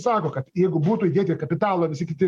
sako kad jeigu būtų įdėti kapitalo visi kiti